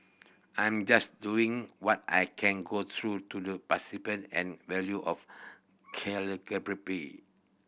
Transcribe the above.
I'm just doing what I can grow to the and value of calligraphy